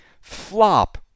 flop